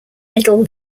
middle